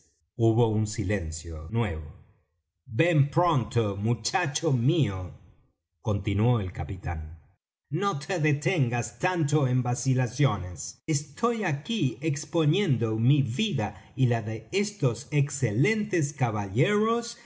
hubo un silencio nuevo ven pronto muchacho mío continuó el capitán no te detengas tanto en vacilaciones estoy aquí exponiendo mi vida y la de estos excelentes caballeros